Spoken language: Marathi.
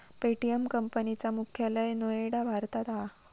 पे.टी.एम कंपनी चा मुख्यालय नोएडा भारतात हा